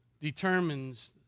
determines